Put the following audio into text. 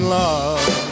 love